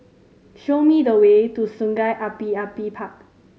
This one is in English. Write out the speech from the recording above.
show me the way to Sungei Api Api Park